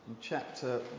chapter